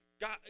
God